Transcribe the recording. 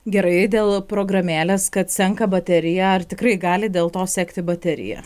gerai dėl programėlės kad senka baterija ar tikrai gali dėl to sekti baterija